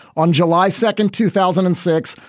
on july second, two thousand and six,